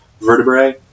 vertebrae